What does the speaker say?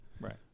Right